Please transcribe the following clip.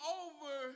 over